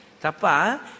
Tapa